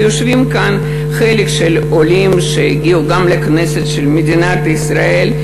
יושבים כאן חלק מהעולים שהגיעו גם לכנסת של מדינת ישראל,